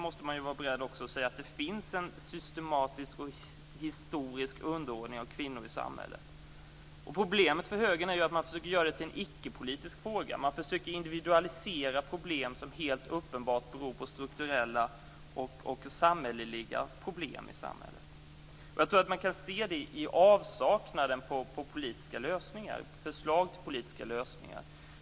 Men sammantaget finns det en systematisk och historisk underordning av kvinnor i samhället. Problemet med högern är att man försöker att göra det till en icke-politisk fråga. Man försöker att individualisera problem som helt uppenbart beror på strukturella och samhälleliga problem. Man kan se det i avsaknaden på förslag till politiska lösningar.